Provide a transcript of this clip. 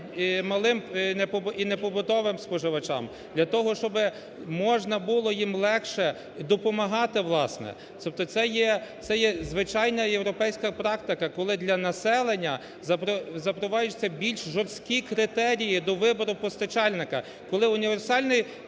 малим і не побутовим споживачам для того, щоби можна було їм легше допомагати, власне. Тобто це є звичайна європейська практика, коли для населення запроваджуються більш жорсткі критерії до вибору постачальника, коли універсальний…